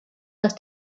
dass